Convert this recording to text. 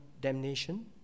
damnation